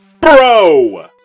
Bro